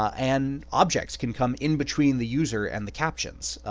and objects can come in between the user and the captions,